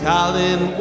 Colin